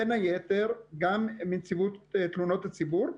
בין היתר גם מנציבות תלונות הציבור.